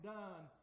done